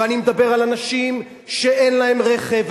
ואני מדבר על אנשים שאין להם רכב,